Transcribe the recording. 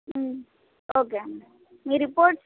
okay అండి మీ reports